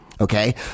okay